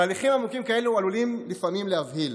תהליכים עמוקים כאלו עלולים לפעמים להבהיל,